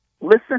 listen